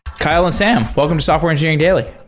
kyle and sam, welcome to software engineering daily.